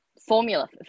formula